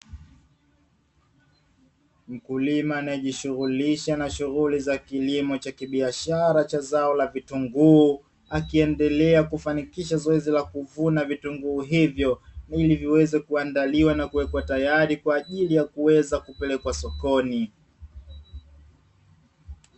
Mkulima anayejishughulisha na shughuli za kilimo cha kibiashara cha zao la vitunguu, akiendelea kufanikisha zoezi la kuvuna vitunguu hivyo ili viweze kuandaliwa na kuwekwa tayari kwa ajili ya kupelekwa sokoni.